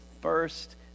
first